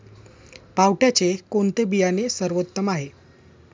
पावट्याचे कोणते बियाणे सर्वोत्तम आहे?